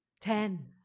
Ten